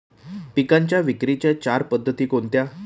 पिकांच्या विक्रीच्या चार पद्धती कोणत्या?